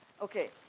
Okay